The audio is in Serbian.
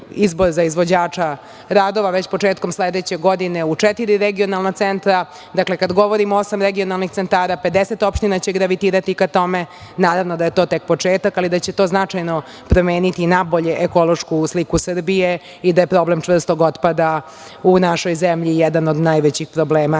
izbor za izvođača radova, već početkom sledeće godine u četiri regionalna centra. Dakle, kad govorimo osam regionalnih centara, 50 opština će gravitirati ka tome, naravno da je to tek početak, ali da će to značajno promeniti nabolje ekološku sliku Srbije i da je problem čvrstog otpada u našoj zemlji jedan od najvećih problema